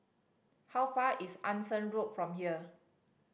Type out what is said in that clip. how far is Anson Road from here